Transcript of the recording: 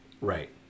right